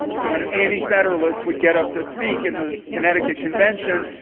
so when ah any federalists would get up to speak in the connecticut convention,